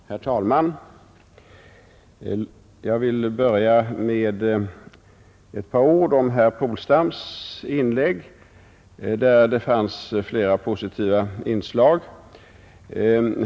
Herr talman! Jag vill börja med ett par ord om herr Polstams inlägg, där det fanns flera positiva inslag.